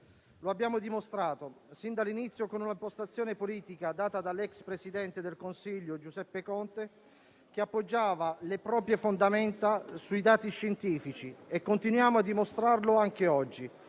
Lo abbiamo dimostrato sin dall'inizio con una impostazione politica data dall'ex presidente del Consiglio Giuseppe Conte, che poggiava le proprie fondamenta sui dati scientifici. E continuiamo a dimostrarlo anche oggi,